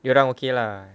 dia orang okay lah